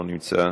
לא נמצא.